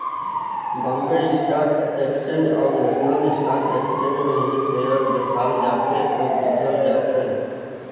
Bombay stock exchange अउ national stock exchange में ही सेयर बेसाल जाथे अउ बेंचल जाथे